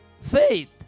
faith